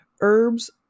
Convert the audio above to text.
herbs